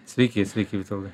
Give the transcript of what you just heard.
sveiki sveiki vitoldai